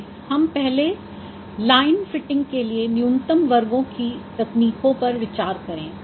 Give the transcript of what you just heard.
आइए हम पहले लाइन फिटिंग के लिए न्यूनतम वर्गों की तकनीकों पर विचार करें